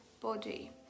body